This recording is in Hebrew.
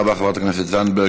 תודה רבה, חברת הכנסת זנדברג.